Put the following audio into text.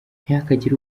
ntihakagire